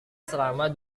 selama